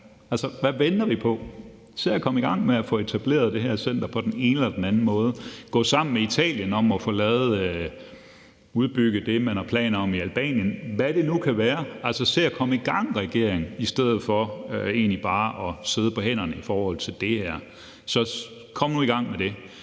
at man skal se at komme i gang med at få etableret det her center på den ene eller den anden måde. Hvad venter vi på? Gå sammen med Italien om at udbygge det, de har planer om i Albanien, eller hvad det nu kan være. Altså, se at komme i gang, regering, i stedet for egentlig bare at sidde på hænderne i forhold til det her. Så kom nu i gang med det.